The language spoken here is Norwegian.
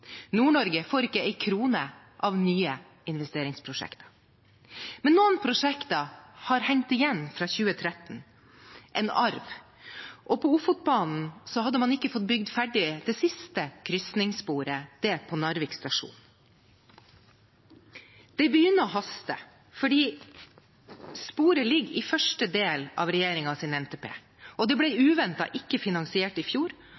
Nord-Norge får ikke én krone til nye investeringsprosjekter. Men noen prosjekter har hengt igjen fra 2013 – en arv. På Ofotbanen hadde man ikke fått bygd ferdig det siste krysningssporet, det på Narvik stasjon. Det begynner å haste fordi sporet ligger i første del av regjeringens NTP. Det ble uventet ikke finansiert i fjor,